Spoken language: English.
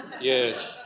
Yes